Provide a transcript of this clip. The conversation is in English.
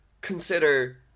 consider